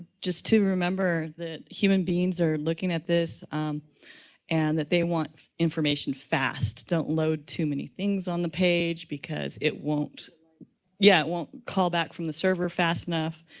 just to remember that human beings are looking at this and that they want information fast. don't load too many things on the page because it won't yeah, it won't call back from the server fast enough.